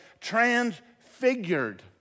transfigured